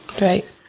Right